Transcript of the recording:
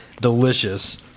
Delicious